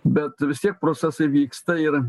bet vis tiek procesai vyksta ir